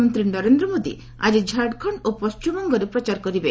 ପ୍ରଧାନମନ୍ତ୍ରୀ ନରେନ୍ଦ୍ର ମୋଦି ଆଜି ଝାଡ଼ଖଣ୍ଡ ଓ ପଶ୍ଚିମବଙ୍ଗରେ ପ୍ରଚାର କରିବେ